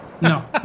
No